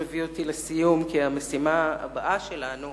והנושא הזה, לסיום, מביא אותי למשימה הבאה שלנו,